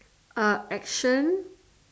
uh action